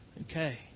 Okay